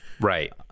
right